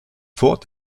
vor